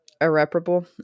irreparable